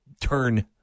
turn